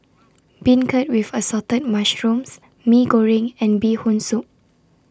Beancurd with Assorted Mushrooms Mee Goreng and Bee Hoon Soup